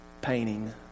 painting